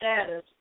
status